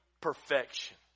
perfection